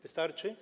Wystarczy?